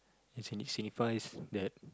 it's signi~ signifies that